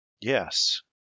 Yes